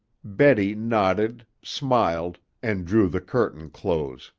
betty nodded, smiled, and drew the curtain close.